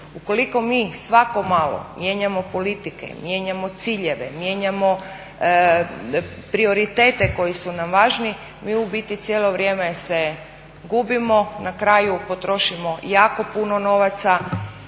Ukoliko mi svako malo mijenjamo politike i mijenjamo ciljeve, mijenjamo prioritete koji su nam važniji mi u biti cijelo vrijeme se gubimo. Na kraju potrošimo jako puno novaca,